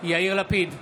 יאיר לפיד,